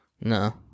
No